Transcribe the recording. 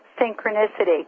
Synchronicity